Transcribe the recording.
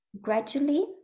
gradually